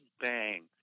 Bang